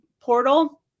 portal